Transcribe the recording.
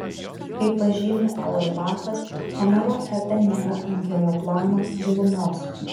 kaip pažymi auerbachas homero epe nėra antrojo plano gilumos